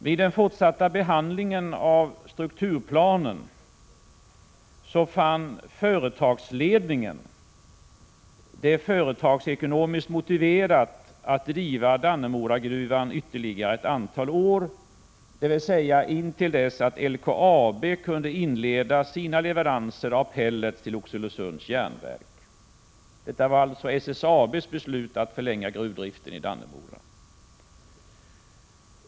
Vid den fortsatta behandlingen av strukturplanen fann företagsledningen det företagsekonomiskt motiverat att driva Dannemoragruvan ytterligare ett antal år, dvs. intill dess att LKAB kunde inleda sina leveranser av pellets till Oxelösunds Järnverk. Det var alltså SSAB:s beslut att förlänga gruvdriften i Dannemora.